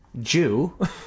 Jew